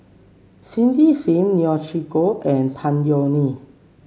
Cindy Sim Neo Chwee Kok and Tan Yeok Nee